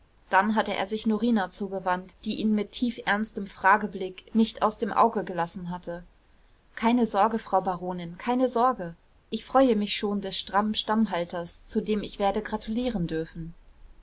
dann hatte er sich norina zugewandt die ihn mit tiefernstem frageblick nicht aus dem auge gelassen hatte keine sorge frau baronin keine sorge ich freue mich schon des strammen stammhalters zu dem ich werde gratulieren dürfen